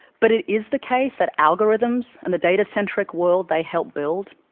but it is the case that algorithms and the data-centric world they help build,